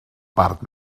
part